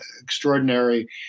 Extraordinary